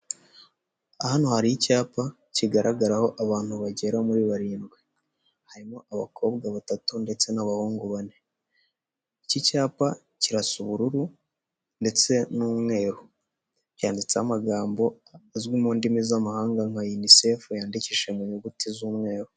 Hano hari icyapa kigaragaraho abantu bagera muri barindwi, harimo abakobwa batatu ndetse n'abahungu bane, iki cyapa kirasa ubururu ndetse n'umweru cyanditseho amagambo azwi mu ndimi z'amahanga nka inisefu yandikishije mu nyuguti z'umweru.